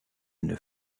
une